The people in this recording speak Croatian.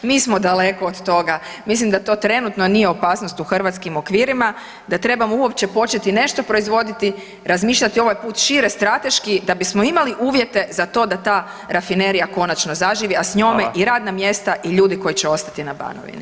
Mi smo daleko od toga, mislim da to trenutno nije opasnost u hrvatskim okvirima, da trebamo uopće početi nešto proizvoditi, razmišljati ovaj put šire strateški da bismo imali uvjete za to da ta rafinerija konačno zaživi, a s njome i radna mjesta [[Upadica: Fala]] i ljudi koji će ostati na Banovini.